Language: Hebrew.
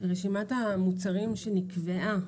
רשימת המוצרים שנקבעה,